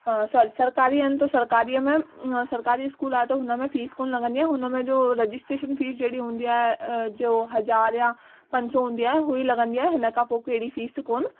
sorry सरकारी आहिनि त सरकारीअ में सरकारी स्कूल आहे त हुन में फ़ीस कोन्ह लगंदी आहे हुन में जो रजिस्ट्रेशन फ़ीस जहिड़ी हूंदी आहे जो हज़ार या पंज सौ हूंदी आहे हू ई लगंदी आहे हिन खां पोइ कहिड़ी फ़ीस कोन्ह